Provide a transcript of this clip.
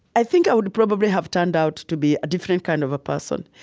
i think i would probably have turned out to be a different kind of a person.